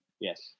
Yes